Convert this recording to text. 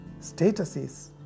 statuses